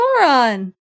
moron